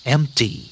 Empty